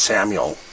Samuel